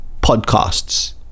podcasts